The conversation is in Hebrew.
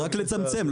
רק לצמצם,